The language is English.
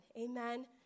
amen